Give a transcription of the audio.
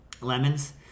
Lemons